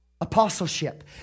apostleship